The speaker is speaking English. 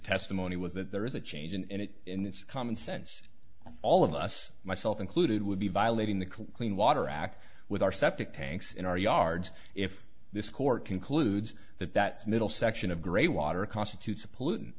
testimony was that there is a change and it in its common sense all of us myself included would be violating the clean water act with our septic tanks in our yards if this court concludes that that's middle section of grey water constitutes a pollutant